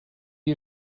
you